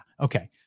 okay